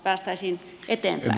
päästäisiin eteenpäin